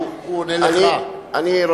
אתה